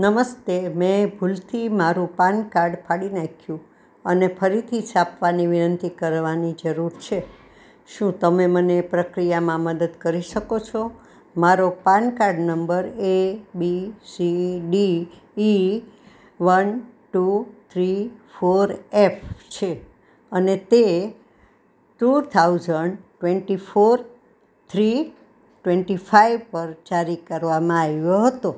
નમસ્તે મેં ભૂલથી મારું પાનકાડ ફાડી નાખ્યું અને ફરીથી છાપવાની વિનંતી કરવાની જરૂર છે શું તમે મને એ પ્રક્રિયામાં મદદ કરી શકો છો મારો PAN card number A B C D E one two three four F છે અને તે two thousand twenty four three twenty five પર જારી કરવામાં આવ્યો હતો